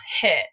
hit